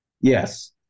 yes